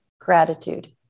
Gratitude